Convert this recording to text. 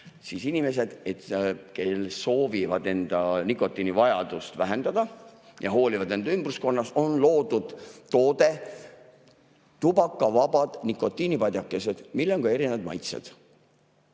Inimestele, kes soovivad enda nikotiinivajadust vähendada ja hoolivad oma ümbruskonnast, on loodud tubakavabad nikotiinipadjakesed, millel on ka erinevad maitsed.